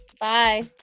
bye